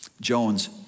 Jones